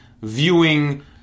viewing